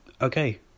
Okay